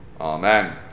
Amen